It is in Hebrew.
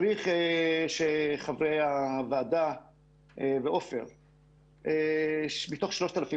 צריך שחברי הוועדה ועפר יידעו שמתוך 3,000